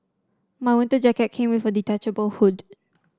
my winter jacket came with a detachable hood